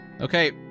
Okay